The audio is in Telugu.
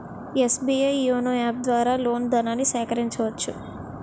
ఎస్.బి.ఐ యోనో యాప్ ద్వారా లోన్ ధనాన్ని సేకరించవచ్చు